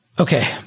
Okay